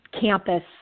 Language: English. campus